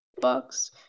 bucks